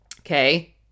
Okay